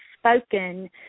spoken